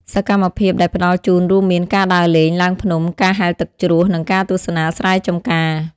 សកម្មភាពដែលផ្តល់ជូនរួមមាន ការដើរលេង ឡើងភ្នំ ការហែលទឹកជ្រោះ និងការទស្សនាស្រែចម្ការ។